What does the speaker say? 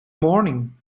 morning